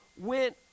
went